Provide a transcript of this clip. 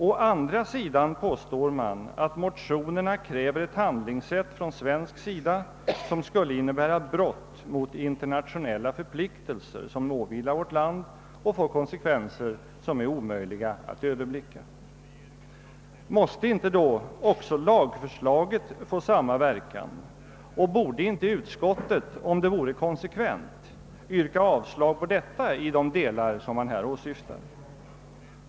Å andra sidan påstår man att motionärerna kräver ett handlingssätt från svenskt håll som skulle innebära brott mot andra internationella förpliktelser som åvilar vårt land och får konsekvenser som är omöjliga att överblicka. Måste inte då också lagförslaget få samma verkan, och borde inte utskottet, om det vore konsekvent, yrka avslag även på lagförslaget i de delar som här åsyftas?